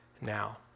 now